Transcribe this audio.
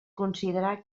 considerar